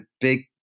big